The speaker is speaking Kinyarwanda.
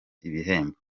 ibihembo